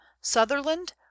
Sutherland